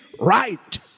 right